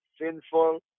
sinful